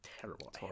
terrible